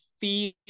feel